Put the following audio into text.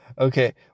okay